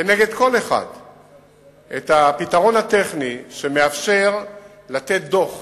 כנגד כל אחד את הפתרון הטכני שמאפשר לתת דוח